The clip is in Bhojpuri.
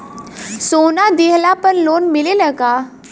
सोना दिहला पर लोन मिलेला का?